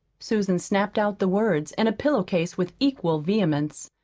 susan snapped out the words and a pillow-case with equal vehemence.